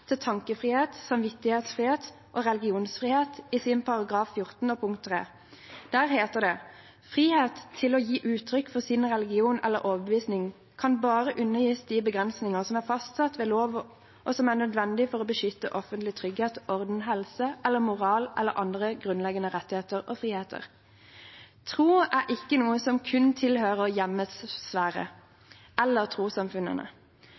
til tankefrihet, samvittighetsfrihet og religionsfrihet i artikkel 14 punkt 3. Der heter det: «Frihet til å gi uttrykk for sin religion eller overbevisning kan bare undergis de begrensninger som er fastsatt ved lov og som er nødvendige for å beskytte offentlig trygghet, orden, helse eller moral eller andres grunnleggende rettigheter og friheter.» Tro er ikke noe som kun tilhører hjemmets sfære eller trossamfunnene,